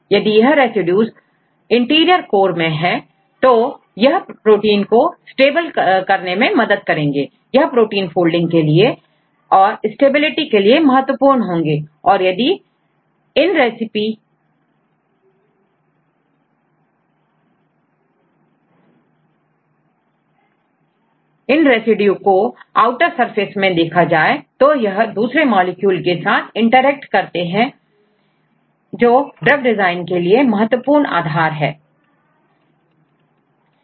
यदि यह residue interior core में हूं तो यह प्रोटीन को स्टेबल करने में मदद करेंगे यह प्रोटीन फोल्डिंग के लिए और स्टेबिलिटी के लिए महत्वपूर्ण होंगे तो यदि यदि इन रेसिपी उसको आउटर सरफेस में देखा जाए तो यह दूसरे मॉलिक्यूल के साथ इंटरेक्ट करते दिखाई देते हैं जो ड्रग डिजाइन करने के लिए एक महत्वपूर्ण आधार है